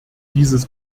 dieses